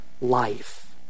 life